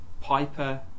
Piper